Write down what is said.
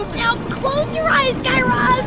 now close your eyes, guy raz.